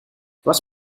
was